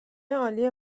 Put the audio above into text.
عالی